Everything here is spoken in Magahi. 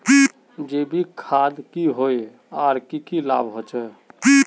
जैविक खाद की होय आर की की लाभ होचे?